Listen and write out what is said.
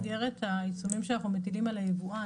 במסגרת העיצומים שאנחנו מטילים על היבואן,